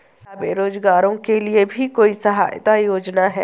क्या बेरोजगारों के लिए भी कोई सहायता योजना है?